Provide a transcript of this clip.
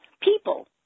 People